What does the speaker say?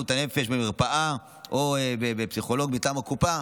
הנפש במרפאה או פסיכולוג מטעם הקופה,